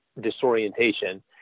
disorientation